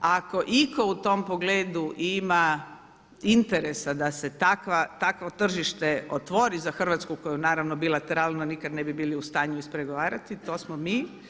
Ako itko u tom pogledu ima interesa da se takvo tržište otvori za Hrvatsku koju naravno bilateralno nikad ne bi bili u stanju ispregovarati to smo mi.